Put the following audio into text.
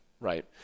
right